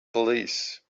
police